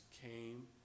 came